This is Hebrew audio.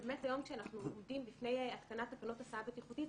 ובאמת היום כשאנחנו עומדים בפני התקנת תקנות הסעה בטיחותית,